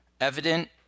evident